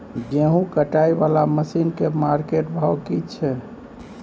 गेहूं कटाई वाला मसीन के मार्केट भाव की छै?